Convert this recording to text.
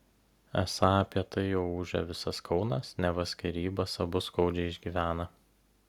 esą apie tai jau ūžia visas kaunas neva skyrybas abu skaudžiai išgyvena